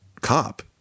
cop